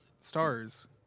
stars